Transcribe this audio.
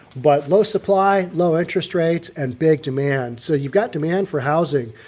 but low supply, low interest rates and big demand so you've got demand for housing.